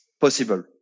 possible